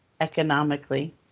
economically